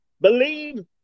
Believe